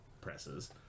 presses